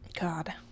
God